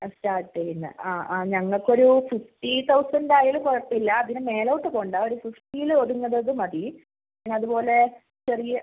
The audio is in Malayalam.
സ്റ്റാർട്ട് ചെയ്യുന്നത് ആ ആ ഞങ്ങൾക്ക് ഒരു ഫിഫ്റ്റി തൗസൻഡ് ആയാലും കുഴപ്പമില്ല അതിൻ്റെ മേലോട്ട് പോവേണ്ട ഒരു ഫിഫ്റ്റിയിലൊതുങ്ങുന്നത് മതി പിന്നെ അതുപോലെ ചെറിയ